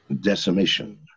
decimation